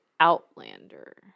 Outlander